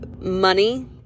money